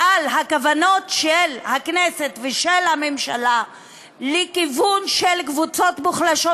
על הכוונות של הכנסת ושל הממשלה בכיוון של קבוצות מוחלשות